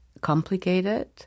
complicated